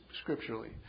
scripturally